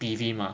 P_V mah